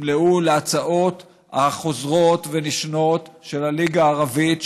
ימלאו להצעות החוזרות ונשנות של הליגה הערבית.